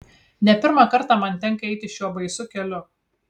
ne pirmą kartą man tenka eiti šiuo baisiu keliu